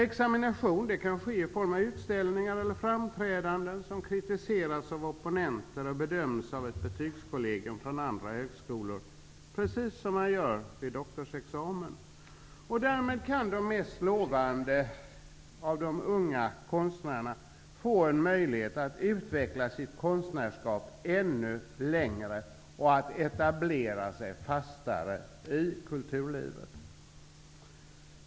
Examination kan ske i form av utställningar eller framträdanden som kritiseras av opponenter och bedöms av ett betygskollegium från andra högskolor, precis som man gör vid doktorsexamen. Därmed kan de mest lovande av de unga konstnärerna få en möjlighet att utveckla sitt konstnärsskap ännu längre och att etablera sig fastare i kulturlivet.